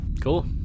Cool